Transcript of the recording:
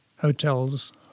hotels